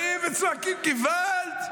והם באים וצועקים: געוואלד,